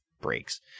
breaks